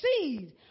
seed